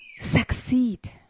succeed